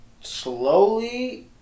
Slowly